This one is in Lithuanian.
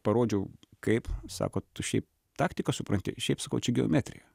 parodžiau kaip sako tu šiaip taktiką supranti šiaip sakau kad čia geometrija